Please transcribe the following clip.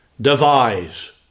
devise